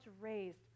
raised